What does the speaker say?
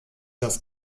das